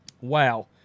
Wow